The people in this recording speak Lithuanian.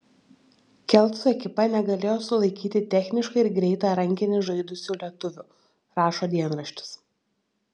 kelcų ekipa negalėjo sulaikyti technišką ir greitą rankinį žaidusių lietuvių rašo dienraštis